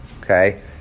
Okay